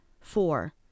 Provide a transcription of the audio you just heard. Four